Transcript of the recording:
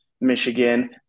Michigan